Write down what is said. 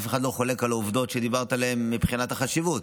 אף אחד לא חולק על העובדות שדיברת עליהן מבחינת החשיבות.